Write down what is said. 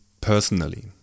personally